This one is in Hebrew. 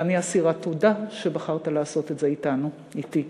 ואני אסירת תודה שבחרת לעשות את זה אתנו, אתי.